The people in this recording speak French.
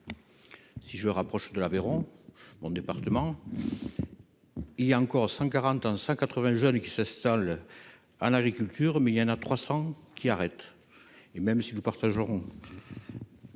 si je me rapproche de l'Aveyron, mon département, il y a encore cent quarante ans 100 80 jeunes qui s'installe à l'agriculture, mais il y en a 300 qui arrête et même si nous partagerons